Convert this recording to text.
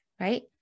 right